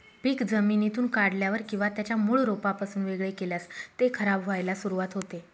पीक जमिनीतून काढल्यावर किंवा त्याच्या मूळ रोपापासून वेगळे केल्यास ते खराब व्हायला सुरुवात होते